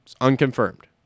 unconfirmed